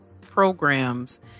programs